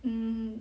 mm